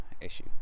issue